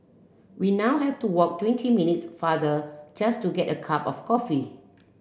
we now have to walk twenty minutes farther just to get a cup of coffee